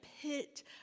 pit